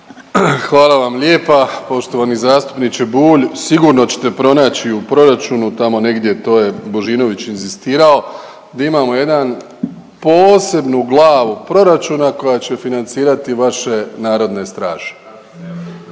Hvala vam lijepa poštovani zastupniče Bulj, sigurno ćete pronaći u proračunu tamo negdje, to je Božinović inzistirao, da imamo jedan, posebnu glavu proračuna koja će financirati vaše narodne straže.